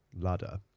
ladder